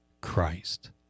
Christ